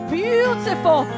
beautiful